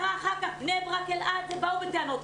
בני ברק ואלעד באו אחר-כך בטענות,